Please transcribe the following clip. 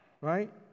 Right